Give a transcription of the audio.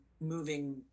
moving